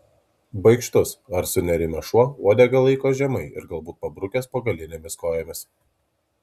baikštus ar sunerimęs šuo uodegą laiko žemai ir galbūt pabrukęs po galinėmis kojomis